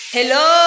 Hello